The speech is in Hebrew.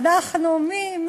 אנחנו, מי?